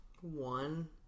One